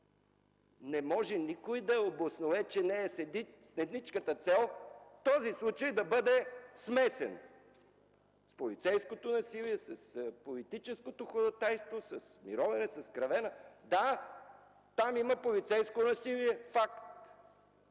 не може да обоснове, че не е с едничката цел този случай да бъде смесен с полицейското насилие, с политическото ходатайство, с Мировяне, със Скравена. Да, там има полицейско насилие – факт,